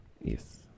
yes